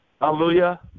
Hallelujah